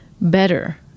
better